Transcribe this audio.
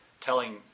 telling